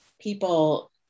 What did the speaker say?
people